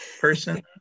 person